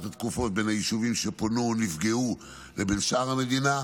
התקופות בין היישובים שפונו או נפגעו לבין שאר המדינה.